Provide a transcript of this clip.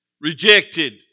rejected